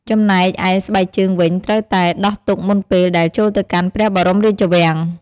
ចំណែកឯស្បែកជើងវិញត្រូវតែ ដោះទុកមុនពេលដែលចូលទៅកាន់ព្រះរាជវាំង។